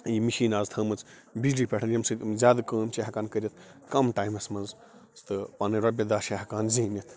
یہِ مشین از تھٲمٕژ بِجلی پٮ۪ٹھ ییٚمہِ سۭتۍ یِم زیادٕ کٲم چھِ ہیٚکان کَرِتھ کَم ٹایمس منٛز تہٕ پننٕۍ رۄپیہِ دَہ چھِ ہیٚکان زیٖنِتھ